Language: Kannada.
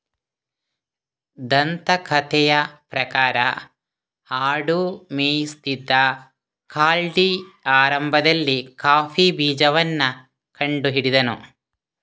ದಂತಕಥೆಯ ಪ್ರಕಾರ ಆಡು ಮೇಯಿಸುತ್ತಿದ್ದ ಕಾಲ್ಡಿ ಆರಂಭದಲ್ಲಿ ಕಾಫಿ ಬೀಜವನ್ನ ಕಂಡು ಹಿಡಿದನು